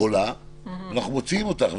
אנחנו מוציאים אותך.